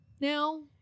now